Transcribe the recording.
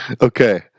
Okay